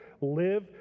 Live